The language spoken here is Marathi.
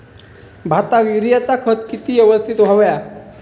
भाताक युरियाचा खत किती यवस्तित हव्या?